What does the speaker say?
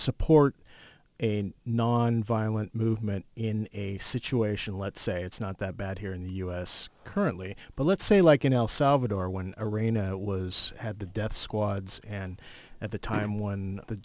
support a nonviolent movement in a situation let's say it's not that bad here in the u s currently but let's say like in el salvador when arena was had the death squads and at the time when the